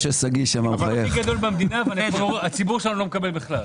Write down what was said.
אנחנו הכי גדולים במדינה אבל הציבור שלנו לא מקבל בכלל.